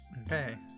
Okay